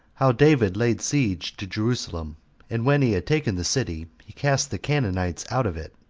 how david laid siege to jerusalem and when he had taken the city, he cast the canaanites out of it,